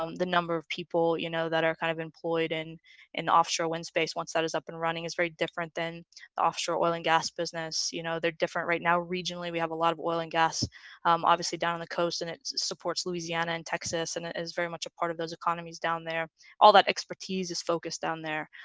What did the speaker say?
um the number of people, you know that are kind of employed in in offshore wind space once that is up and running is very different than the offshore oil and gas business, you know, they're different right now regionally, we have a lot of oil and gas obviously down on the coast and it supports louisiana and texas and is very much a part of those economies down there all that expertise is focused down there